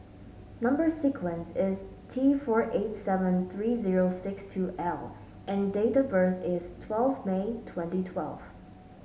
number sequence is T four eight seven three zero six two L and date of birth is twelve May twenty twelve